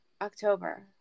October